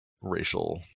racial